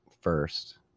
First